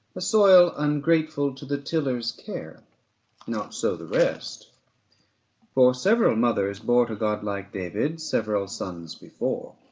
a soil ungrateful to the tiller's care not so the rest for several mothers bore to god-like david several sons before.